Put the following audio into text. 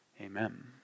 amen